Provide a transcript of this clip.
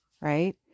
right